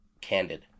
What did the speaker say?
candid